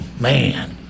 Man